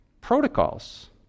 protocols